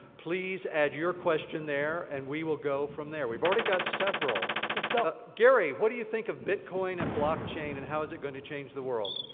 please add your question there and we will go from there. we've already got several. let's go. gary, what do you think of bitcoin and blockchain and how is it going to change the world?